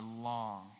long